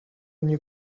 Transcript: new